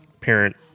parent